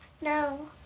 No